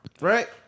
Right